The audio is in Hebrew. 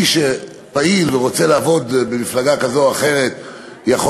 מי שפעיל ורוצה לעבוד במפלגה זו או אחרת יכול